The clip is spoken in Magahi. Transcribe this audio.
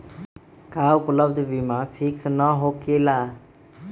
का उपलब्ध बीमा फिक्स न होकेला?